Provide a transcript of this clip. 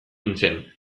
nintzen